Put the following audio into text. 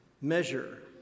measure